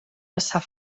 passar